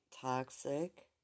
toxic